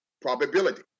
probability